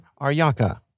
Aryaka